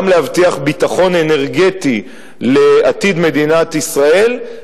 גם להבטיח ביטחון אנרגטי לעתיד מדינת ישראל,